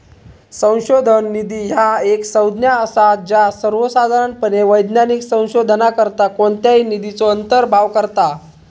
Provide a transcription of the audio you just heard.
संशोधन निधी ह्या एक संज्ञा असा ज्या सर्वोसाधारणपणे वैज्ञानिक संशोधनाकरता कोणत्याही निधीचो अंतर्भाव करता